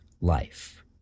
life